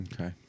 Okay